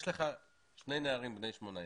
יש לך שני נערים בני 18,